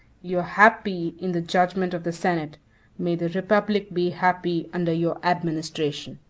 you are happy in the judgment of the senate may the republic be happy under your administration!